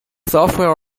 software